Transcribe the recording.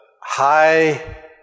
high